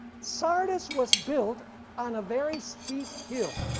sardis was built on a very steep hill